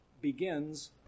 begins